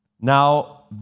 Now